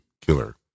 killer